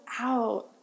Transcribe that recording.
out